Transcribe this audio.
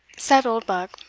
said oldbuck,